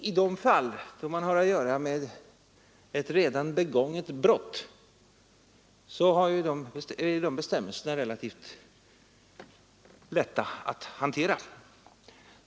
I de fall då man har att göra med ett redan begånget brott är de bestämmelserna relativt lätta att hantera.